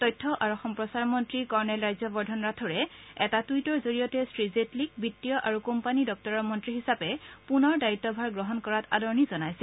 তথ্য আৰু সম্প্ৰচাৰ মন্ত্ৰী কৰ্ণেল ৰাজ্যবৰ্ধন ৰাথোৰে এটা টুইটৰ জৰিয়তে শ্ৰীজেটলীক বিতীয় আৰু কোম্পানী দপ্তৰৰ মন্নী হিচাপে পুনৰ দায়িত্বভাৰ গ্ৰহণ কৰাত আদৰণি জনাইছে